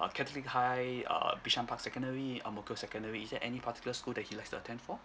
uh catholic high uh bishan park secondary ang mo kio secondary is there any particular school that he likes to attend for